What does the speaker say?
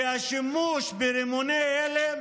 והשימוש ברימוני הלם,